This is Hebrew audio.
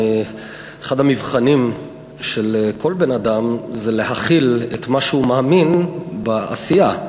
אחד המבחנים של כל בן-אדם זה להחיל את מה שהוא מאמין בעשייה,